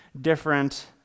different